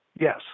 Yes